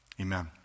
Amen